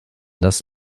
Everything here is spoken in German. das